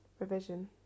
revision